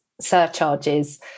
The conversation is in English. surcharges